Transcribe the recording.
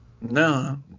No